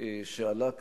שעלה כאן.